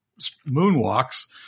moonwalks